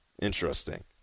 Interesting